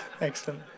Excellent